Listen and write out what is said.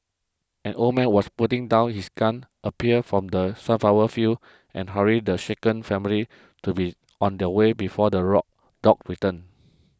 an old man was putting down his gun appeared from the sunflower fields and hurried the shaken family to be on their way before the rock dogs return